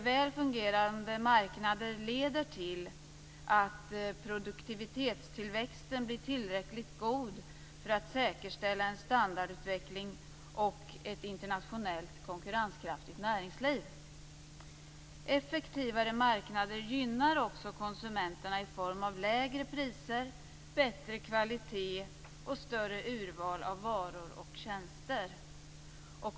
Väl fungerande marknader leder till att produktivitetstillväxten blir tillräckligt god för att säkerställa en standardutveckling och ett internationellt konkurrenskraftigt näringsliv. Effektivare marknader gynnar också konsumenterna i form av lägre priser, bättre kvalitet och större urval av varor och tjänster.